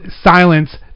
silence